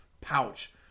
pouch